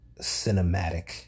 cinematic